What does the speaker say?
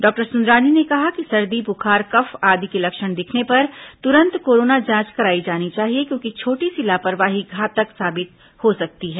doctor Sundarani ने कहा कि सर्दी बुखार कफ आदि के लक्षण दिखने पर तुरंत कोरोना जांच कराई जानी चाहिए क्योंकि छोटी सी लापरवाही घातक साबित हो सकती है